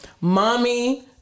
mommy